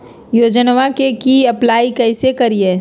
योजनामा के लिए अप्लाई कैसे करिए?